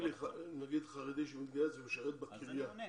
חרדי שמתגייס ומשרת בקריה,